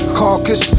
carcass